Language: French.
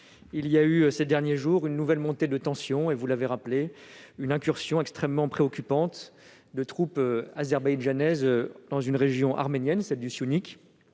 il y a eu ces derniers jours une nouvelle montée des tensions et, vous l'avez rappelé, l'incursion extrêmement préoccupante de troupes azerbaïdjanaises dans une région arménienne, celle du Syunik.